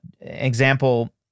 Example